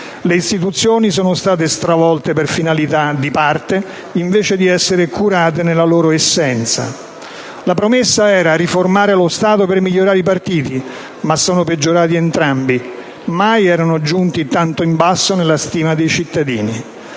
Le istituzioni sono state stravolte per finalità di parte, invece di essere curate nella loro essenza. La promessa era di riformare lo Stato per migliorare i partiti, ma sono peggiorati entrambi; mai erano giunti tanto in basso nella stima dei cittadini.